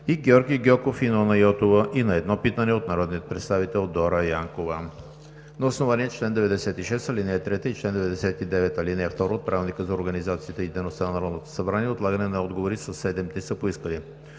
и Георги Гьоков и Нона Йотова; и на едно питане от народния представител Дора Янкова. На основание чл. 96, ал. 3 и чл. 99, ал. 2 от Правилника за организацията и дейността на Народното събрание отлагане на отговори със седем дни са поискали: